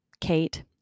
Kate